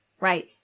right